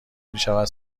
میشود